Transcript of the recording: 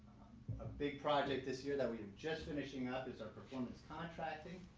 a big project this year that we're just finishing up is our performance contracting,